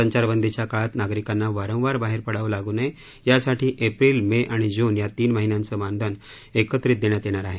संचारबंदीच्या काळात नागरिकांना वारंवार बाहेर पडावं लागू नये यासाठी एप्रिल मे व जून या तीन महिन्यांचे मानधन एकत्रित देण्यात येणार आहे